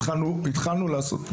התחלנו לעשות.